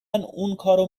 اونکارو